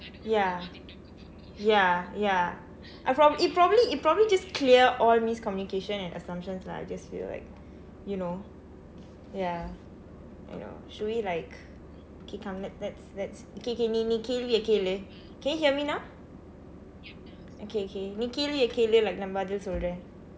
ya ya ya I probably it probably it probably just clear all miscommunication and assumptions lah I just feel like you know ya you know should we like okay come let's let's okay okay நீ நீ கேள்வியே கேளு:nii nii keeliviyee keelu can you hear me now okay okay நீ கேள்வியே கேளு:nii keeliviyee keelu like நான் பதில் சொல்றேன்:naan pathil solreen